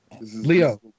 Leo